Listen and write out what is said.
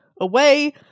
away